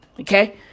Okay